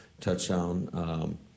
touchdown